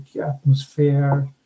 atmosphere